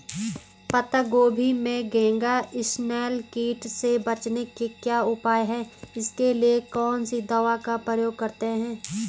पत्ता गोभी में घैंघा इसनैल कीट से बचने के क्या उपाय हैं इसके लिए कौन सी दवा का प्रयोग करते हैं?